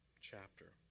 chapter